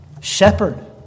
shepherd